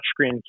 touchscreen